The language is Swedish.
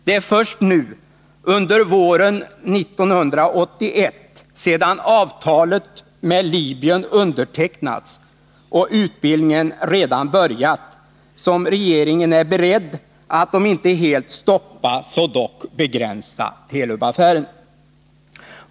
Det är först nu, under våren 1981 — sedan avtalet med Libyen undertecknats och utbildningen redan börjat — som regeringen är beredd att om inte helt stoppa så dock begränsa Telub-affären.